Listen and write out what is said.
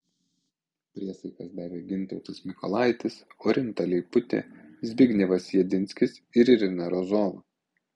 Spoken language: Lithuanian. priesaikas davė gintautas mikolaitis orinta leiputė zbignevas jedinskis ir irina rozova